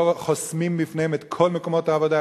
חוסמים בפניהם את כל מקומות העבודה.